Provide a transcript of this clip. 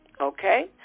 okay